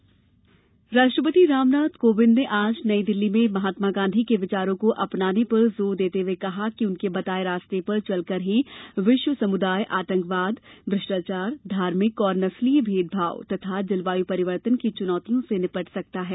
राष्ट्रपति राष्ट्रपति राम नाथ कोविंद ने आज नई दिल्ली में महात्मा गांधी के विचारों को अपनाने पर जोर देते हुए कहा कि उनके बताये रास्ते पर चलकर ही विश्व समुदाय आतंकवाद भ्रष्टाचार धार्मिक और नस्लीय भेदभाव तथा जलवायु परिवर्तन की चुनौतियों से निपट सकता है